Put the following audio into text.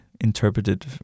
interpreted